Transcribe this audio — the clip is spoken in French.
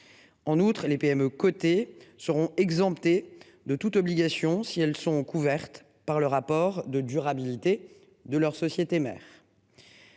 En outre, les PME cotées seront exemptés de toute obligation si elles sont couvertes par le rapport de durabilité de leur société mère.